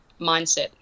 mindset